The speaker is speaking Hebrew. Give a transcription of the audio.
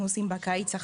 אנחנו עושים הכשרות בקיץ.